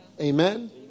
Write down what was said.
Amen